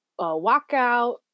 walkout